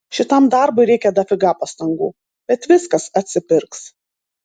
šitam darbui reikia dafiga pastangų bet viskas atsipirks